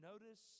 notice